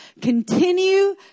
continue